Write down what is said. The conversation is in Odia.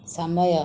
ସମୟ